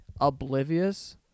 oblivious